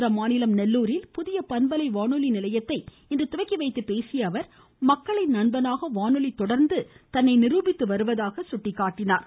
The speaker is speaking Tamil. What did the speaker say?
ஆந்திர மாநிலம் நெல்லூரில் புதிய பண்பலை வானொலி நிலையத்தை இன்று துவக்கிவைத்து பேசிய அவர் மக்களின் நண்பனாக வானொலி தொடர்ந்து நிருபித்து வருவதாகவும் அவர் குறிப்பிட்டார்